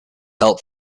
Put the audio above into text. help